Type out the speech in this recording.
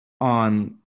on